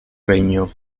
regno